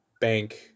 bank